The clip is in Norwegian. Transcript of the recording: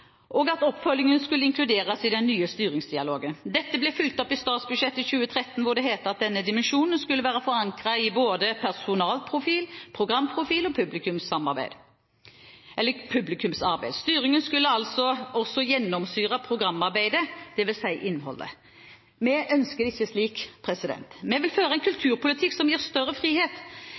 og mangfold, og at oppfølgingen skulle inkluderes i den nye styringsdialogen. Dette ble fulgt opp i statsbudsjettet for 2013 hvor det heter at denne dimensjonen skulle være forankret i personalprofil, programprofil og publikumsarbeid. Styringen skulle altså også gjennomsyre programarbeidet, dvs. innholdet. Vi ønsker det ikke slik. Vi vil føre en kulturpolitikk som gir større frihet.